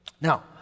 Now